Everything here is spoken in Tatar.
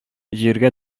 җиргә